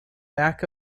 back